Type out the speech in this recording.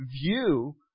view